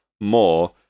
more